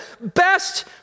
best